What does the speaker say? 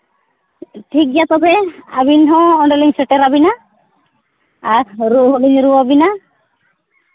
ᱴᱷᱤᱠ ᱜᱮᱭᱟ ᱛᱚᱵᱮ ᱟᱹᱵᱤᱱ ᱦᱚᱸ ᱚᱸᱰᱮ ᱞᱤᱧ ᱥᱮᱴᱮᱨ ᱟᱹᱵᱤᱱᱟ ᱟᱨ ᱨᱩ ᱦᱚᱸ ᱞᱤᱧ ᱨᱩ ᱟᱹᱵᱤᱱᱟ